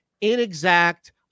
inexact